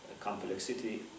complexity